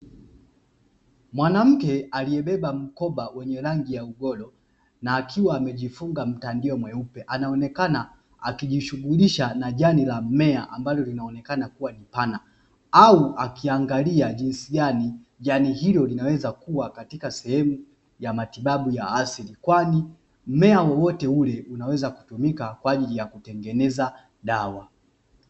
Mwanamke aliyebeba mkoba wenye rangi ya ugoro na akiwa amejifunga mtandio mweupe, anaonekana akijishughulisha na jani la mmea ambalo linaonekana kuwa ni pana. Au akiangalia jinsi gani jani hilo linaweza kuwa sehemu ya matibabu ya asili, kwani mmea wowote ule unaweza kutumika kwa ajili ya kutengeneza dawa.